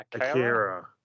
Akira